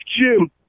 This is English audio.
Jim